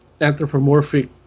Anthropomorphic